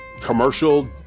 commercial